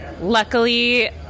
Luckily